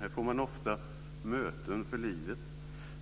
Här får man ofta möten för livet, möten